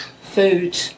food